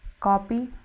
copy,